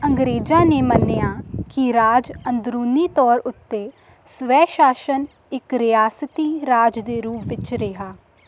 ਅੰਗਰੇਜ਼ਾਂ ਨੇ ਮੰਨਿਆ ਕਿ ਰਾਜ ਅੰਦਰੂਨੀ ਤੌਰ ਉੱਤੇ ਸਵੈ ਸ਼ਾਸਨ ਇੱਕ ਰਿਆਸਤੀ ਰਾਜ ਦੇ ਰੂਪ ਵਿੱਚ ਰਿਹਾ